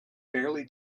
barely